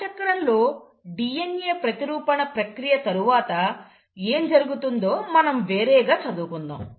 కణచక్రంలో DNA ప్రతిరూపణ ప్రక్రియ తరువాత ఏం జరుగుతుందో మనం వేరేగా చదువుకుందాం